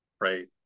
Right